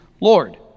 Lord